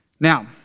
Now